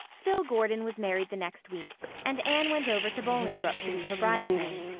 phil gordon was married the next week and anne went over to bolingbroke to be her bridesmaid.